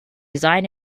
designed